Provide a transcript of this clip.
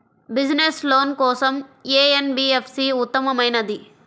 Business loan కోసం ఏ NBFC ఉత్తమమైనది?